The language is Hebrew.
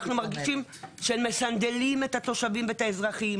אנחנו מרגישים שמסנדלים את התושבים והאזרחים.